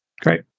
Great